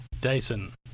Dyson